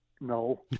No